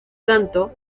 tanto